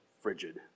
frigid